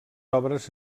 obres